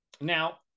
now